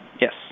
Yes